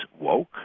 woke